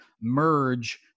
merge